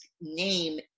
name